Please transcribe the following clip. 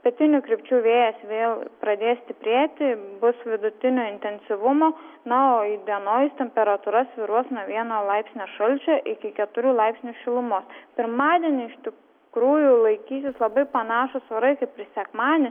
pietinių krypčių vėjas vėl pradės stiprėti bus vidutinio intensyvumo na o įdienojus temperatūra svyruos nuo vieno laipsnio šalčio iki keturių laipsnių šilumos pirmadienį iš ti krųjų laikytis labai panašūs orai kaip sekmanį